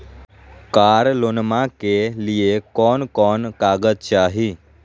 कार लोनमा के लिय कौन कौन कागज चाही?